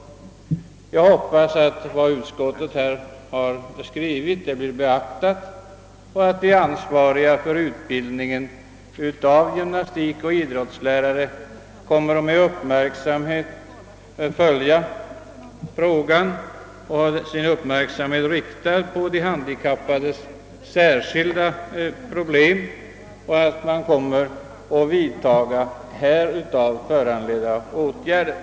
Jag hoppas att vad utskottet har skrivit blir beaktat och att de ansvariga för utbildningen av gymnastikoch idrottslärare kommer att hålla sin uppmärksamhet riktad mot de handikappades särskilda problem och vidtaga härav föranledda åtgärder.